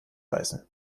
beißen